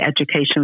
education